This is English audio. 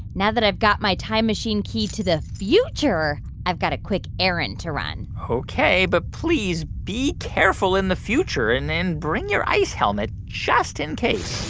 now that i've got my time machine key to the future, i've got a quick errand to run ok, but please be careful in the future. and and bring your ice helmet just in case